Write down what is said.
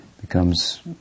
becomes